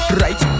right